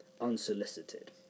unsolicited